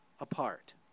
apart